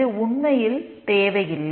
இது உண்மையில் தேவையில்லை